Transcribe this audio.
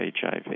HIV